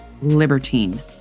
libertine